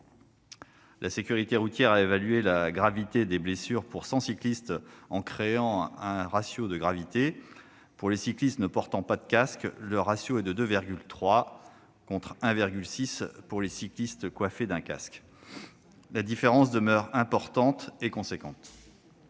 La sécurité routière a évalué la gravité des blessures pour 100 cyclistes, en créant un ratio de gravité. Pour les cyclistes ne portant pas de casque, ce ratio est de 2,3, contre 1,6 pour ceux qui sont coiffés d'un casque. La différence demeure importante. Partant